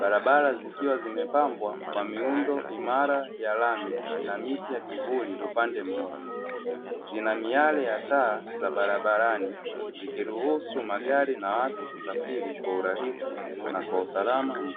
barabara zikiwa zimepambwa kwa miundo imara ya lami na miti ya kivuli upande mmoja ya taa za barabarani zikiruhusu magari na watu kusafiri kwa urahisi na kwa usalama.